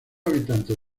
habitantes